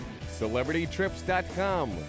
CelebrityTrips.com